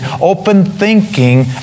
open-thinking